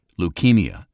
leukemia